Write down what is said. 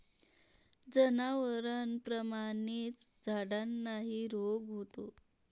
जनावरांप्रमाणेच झाडांनाही रोग होतो